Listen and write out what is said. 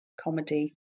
comedy